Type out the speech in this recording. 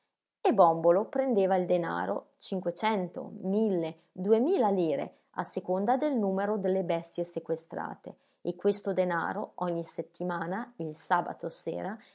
e bòmbolo prendeva il denaro cinquecento mille duemila lire a seconda del numero delle bestie sequestrate e questo denaro ogni settimana il sabato sera